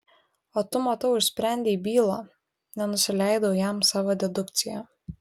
o tu matau išsprendei bylą nenusileidau jam savo dedukcija